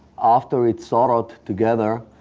after it's soldered together,